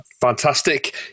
Fantastic